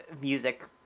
music